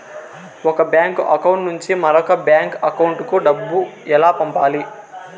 ఒక bank account నుంచి మరొక బ్యాంకు అకౌంట్ కు డబ్బు ఎలా పంపాలి